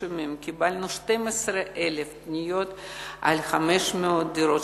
ימים קיבלנו 12,000 פניות על 500 דירות.